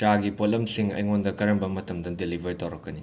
ꯆꯥꯒꯤ ꯄꯣꯠꯂꯝꯁꯤꯡ ꯑꯩꯉꯣꯟꯗ ꯀꯔꯝꯕ ꯃꯇꯝꯗ ꯗꯦꯂꯤꯕꯔ ꯇꯧꯔꯛꯀꯅꯤ